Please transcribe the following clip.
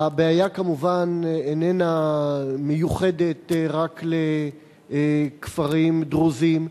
הבעיה כמובן איננה מיוחדת רק לכפרים דרוזיים.